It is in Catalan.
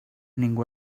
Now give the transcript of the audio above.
ningú